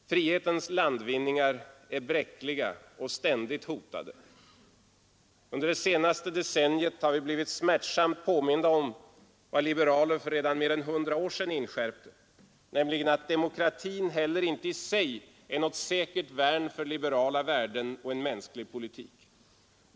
Frihetens landvinningar är bräckliga och ständigt hotade. Under det senaste decenniet har vi blivit smärtsamt påminda om vad liberaler redan för mer än 100 år sedan inskärpte, nämligen att demokratin heller inte i sig är något säkert värn för liberala värden och en mänsklig politik.